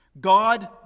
God